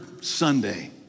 Sunday